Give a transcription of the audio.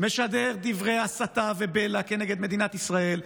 משדר דברי הסתה ובלע כנגד מדינת ישראל,